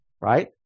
right